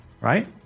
right